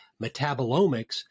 metabolomics